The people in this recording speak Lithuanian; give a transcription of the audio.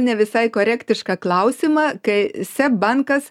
ne visai korektišką klausimą kai seb bankas